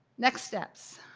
next steps.